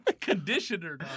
Conditioner